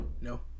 No